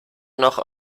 noch